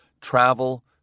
travel